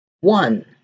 One